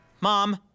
Mom